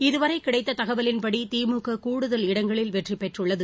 இதுவரை கிடைத்த தகவலின்படி திமுக கூடுதல் இடங்களில் வெற்றிபெற்றுள்ளது